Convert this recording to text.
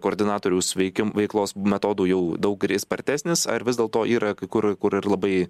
koordinatoriaus veikim veiklos metodų jau daug spartesnis ar vis dėlto yra kai kur kur ir labai